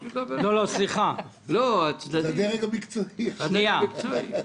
להיות --- סליחה, רק דקה.